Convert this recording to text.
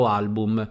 album